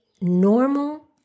normal